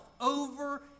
over